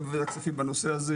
גם בוועדת הכספים בנושא הזה,